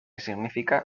significa